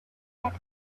that